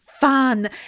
fun